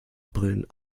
brillen